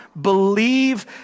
believe